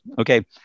okay